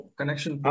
connection